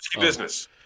Business